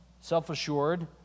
self-assured